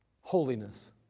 Holiness